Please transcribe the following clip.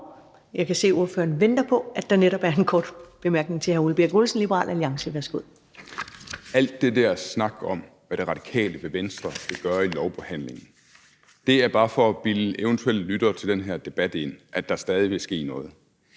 og jeg kan se, at ordføreren venter på, at der netop er en kort bemærkning fra hr. Ole Birk Olesen, Liberal Alliance. Værsgo. Kl. 10:33 Ole Birk Olesen (LA): Alt det der snak om, hvad Radikale Venstre vil gøre i lovbehandlingen, er bare for at bilde eventuelle lyttere til den her debat ind, at der stadig vil ske noget.